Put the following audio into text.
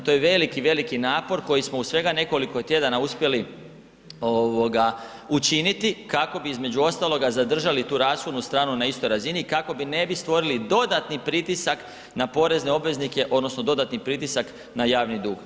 To je veliki, veliki napor koji smo u svega nekoliko tjedana uspjeli ovoga učiniti, kako bi između ostaloga zadržali tu rashodnu stranu na istoj razini i kako bi, ne bi stvorili dodatni pritisak na porezne obveznike odnosno dodatni pritisak na javni dug.